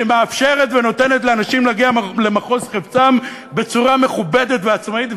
שמאפשרת ונותנת לאנשים להגיע למחוז חפצם בצורה מכובדת ועצמאית,